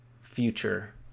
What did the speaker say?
future